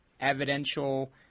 evidential